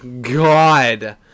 God